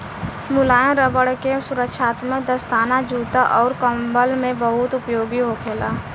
मुलायम रबड़ के सुरक्षात्मक दस्ताना, जूता अउर कंबल में बहुत उपयोग होखेला